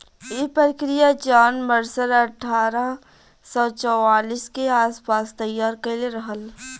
इ प्रक्रिया John Mercer अठारह सौ चौवालीस के आस पास तईयार कईले रहल